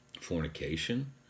fornication